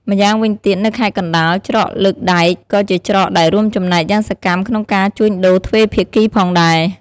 ម៉្យាងវិញទៀតនៅខេត្តកណ្តាល ច្រកលើកដែក ក៏ជាច្រកដែលរួមចំណែកយ៉ាងសកម្មក្នុងការជួញដូរទ្វេភាគីផងដែរ។